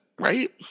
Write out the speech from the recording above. Right